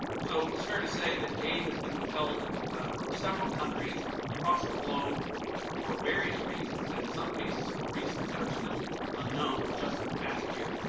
so is fair to say that aid had been withheld from several countries across the globe for various reasons and in some cases for reasons that are still unknown just in the past year.